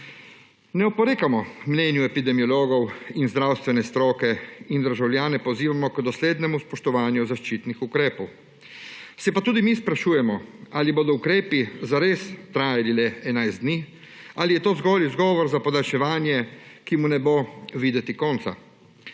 ne oporekamo mnenju epidemiologov in zdravstvene stroke in državljane pozivamo k doslednemu spoštovanju zaščitnih ukrepov. Se pa tudi mi sprašujemo, ali bodo ukrepi zares trajali le enajst dni ali je to zgolj izgovor za podaljševanje, ki mu ne bo videti konca.